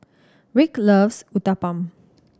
Rick loves Uthapam